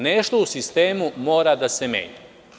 Nešto u sistemu mora da se menja.